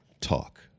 talk